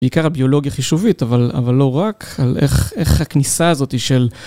בעיקר על ביולוגיה חישובית, אבל לא רק. על איך הכניסה הזאתי של...